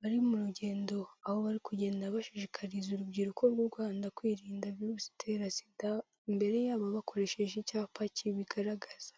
bari mu rugendo, aho bari kugenda bashishikariza urubyiruko rw'u Rwanda kwirinda virusi itera sida, imbere y'abo bakoresheje icyapa kibigaragaza.